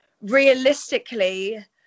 Realistically